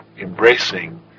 embracing